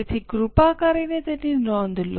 તેથી કૃપા કરીને તેની નોંધ લો